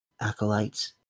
acolytes